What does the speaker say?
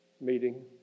meeting